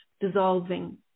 dissolving